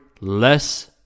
less